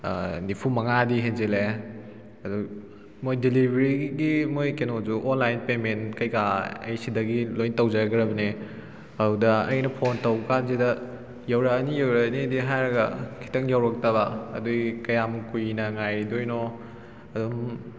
ꯅꯤꯐꯨꯃꯉꯥꯗꯤ ꯍꯦꯟꯖꯤꯜꯂꯛꯑꯦ ꯑꯗꯨ ꯃꯣꯏ ꯗꯤꯂꯤꯕꯔꯤꯒꯤ ꯃꯣꯏ ꯀꯩꯅꯣꯁꯨ ꯑꯣꯟꯂꯥꯏꯟ ꯄꯦꯃꯦꯟ ꯀꯩꯀꯥ ꯑꯩ ꯁꯤꯗꯒꯤ ꯂꯣꯏꯅ ꯇꯧꯖꯈ꯭ꯔꯕꯅꯦ ꯑꯗꯨꯗ ꯑꯩꯅ ꯐꯣꯟ ꯇꯧꯕꯀꯥꯟꯁꯤꯗ ꯌꯧꯔꯛꯑꯅꯤ ꯌꯧꯔꯛꯑꯅꯤꯗꯤ ꯍꯥꯏꯔꯒ ꯈꯤꯇꯪ ꯌꯧꯔꯛꯇꯕ ꯑꯗꯨꯒꯤ ꯀꯌꯥꯝ ꯀꯨꯏꯅ ꯉꯥꯏꯗꯣꯏꯅꯣ ꯑꯗꯨꯝ